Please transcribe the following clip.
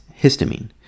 histamine